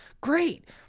great